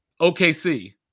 OKC